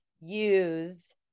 use